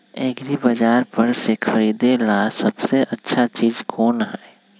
एग्रिबाजार पर से खरीदे ला सबसे अच्छा चीज कोन हई?